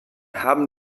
haben